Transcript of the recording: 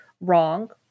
wrong